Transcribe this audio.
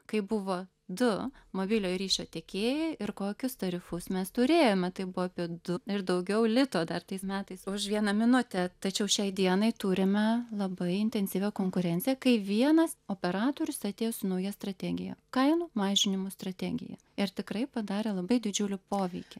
kai buvo du mobiliojo ryšio tiekėjai ir kokius tarifus mes turėjome tai buvo apie du ir daugiau lito dar tais metais už vieną minutę tačiau šiai dienai turime labai intensyvią konkurencija kai vienas operatorius atėjo su nauja strategija kainų mažinimo strategija ir tikrai padarė labai didžiulį poveikį